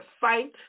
fight